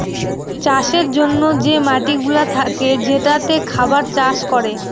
চাষের জন্যে যে মাটিগুলা থাকে যেটাতে খাবার চাষ করে